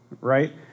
right